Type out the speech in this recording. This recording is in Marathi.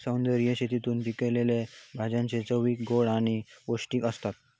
सेंद्रिय शेतीतून पिकयलले भाजये चवीक गोड आणि पौष्टिक आसतत